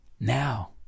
now